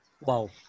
Wow